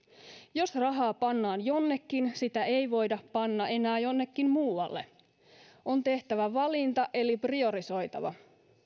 jos rahaa pannaan jonnekin sitä ei voida panna enää jonnekin muualle on tehtävä valinta eli priorisoitava